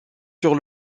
sur